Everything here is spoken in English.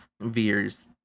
Veer's